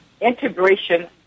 integration